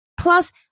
Plus